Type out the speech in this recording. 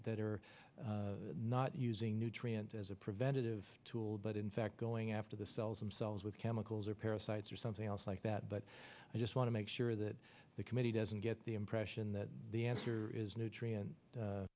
that are not using nutrient as a preventative tool but in fact going after the cells themselves with chemicals or parasites or something else like that but i just want to make sure that the committee doesn't get the impression that the answer is nutrient